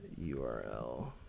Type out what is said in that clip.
URL